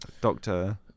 Doctor